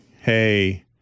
hey